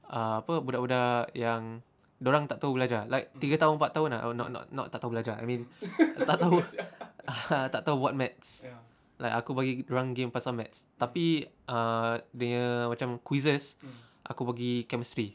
apa budak-budak yang dorang tak tahu belajar like tiga tahun empat tahun ah not not not not tak tahu belajar I mean tak tahu tak tahu buat math like aku bagi dorang game pasal math tapi ah dia nya macam quizzes aku bagi chemistry